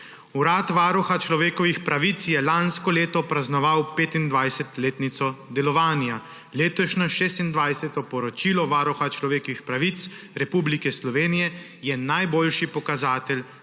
Urad Varuha človekovih pravic je lansko leto praznoval 25-letnico delovanja. Letošnje 26. poročilo Varuha človekovih pravic Republike Slovenije je najboljši pokazatelj,